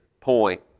point